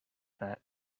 that